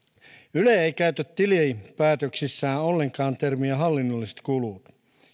yle ei käytä tilinpäätöksissään ollenkaan termiä hallinnolliset kulut